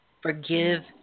Forgive